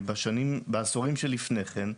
בעשורים שלפני כן,